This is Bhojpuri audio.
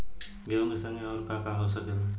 गेहूँ के संगे आऊर का का हो सकेला?